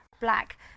black